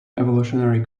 evolutionary